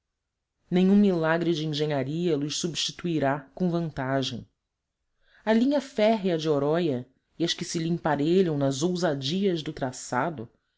nenhum milagre de engenharia lhos substituirá com vantagem a linha férrea de oroya e as que se lhe emparelham nas ousadias do traçado